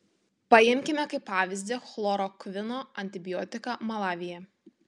paimkime kaip pavyzdį chlorokvino antibiotiką malavyje